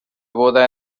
boda